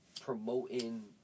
promoting